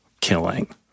killing